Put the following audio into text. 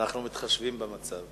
אנחנו מתחשבים במצב.